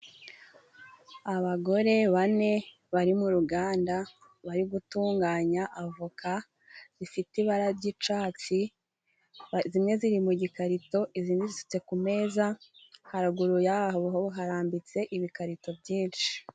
Abagore bane bari mu ruganda bari gutunganya avoka zifite ibara ry'icyatsi zimwe ziri mu gikarito ,Izindi zisutse ku meza ,haraguru yaho harambitse ibikarito byinshi.